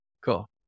Cool